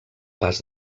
pas